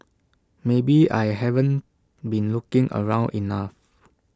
maybe I haven't been looking around enough